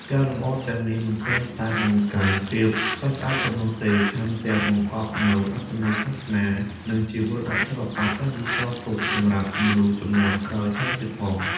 ការលម្អទាំងនេះ មិនត្រឹមតែបង្កើនភាពស្រស់ស្អាតប៉ុណ្ណោះទេ ថែមទាំងបង្កប់នូវអត្ថន័យសាសនា និងជាមរតកសិល្បៈ ដែលបន្សល់ទុកសម្រាប់មនុស្សជំនាន់ក្រោយថែមទៀតផង។